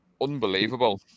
Unbelievable